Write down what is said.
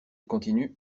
continue